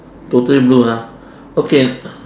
totally blue ah okay